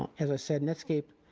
as i said, netscape,